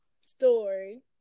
story